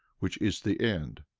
which is the end.